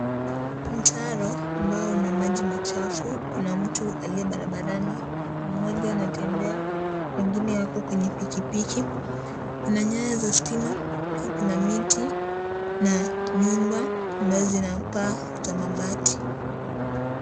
Mtaro ambao una maji machafu, kuna mtu aliye barabarani , mmoja anatembea mwingine ako kwenye pikipiki. Kuna nyayo za stima pia kuna miti na nyumba ambayo zinakaa za mabati.